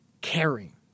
caring